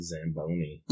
Zamboni